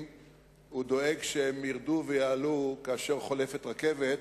ודואג שהם ירדו ויעלו כאשר חולפת רכבת,